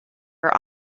are